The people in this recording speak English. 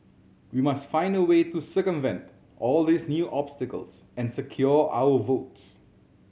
we must find a way to circumvent all these new obstacles and secure our votes